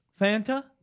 Fanta